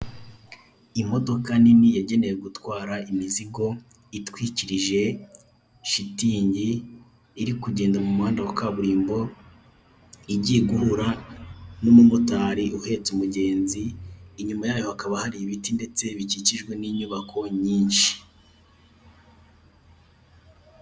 Imodoka nini yagenewe gutwara imizigo itwikirije shitingi irikugenda mu muhanda wa kaburimbo igiye guhura n'umumotari uhetse umugenzi, inyuma yayo hakaba hari ibiti ndetse bikikijwe n'inyubako nyinshi.